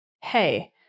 hey